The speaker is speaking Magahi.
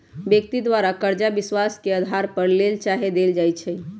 व्यक्ति द्वारा करजा विश्वास के अधार पर लेल चाहे देल जाइ छइ